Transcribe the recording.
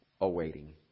awaiting